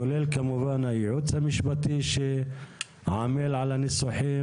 כולל כמובן הייעוץ המשפטי שעל על הניסוחים